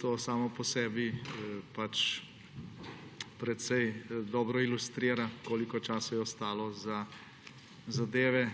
To samo po sebi precej dobro ilustrira, koliko časa je ostalo za zadeve,